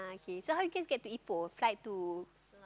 okay so how you guys get to eat pork try to